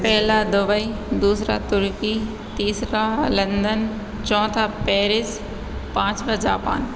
पहला दुबई दूसरा तुर्की तीसरा लंदन चौथा पेरिस पाँचवाँ जापान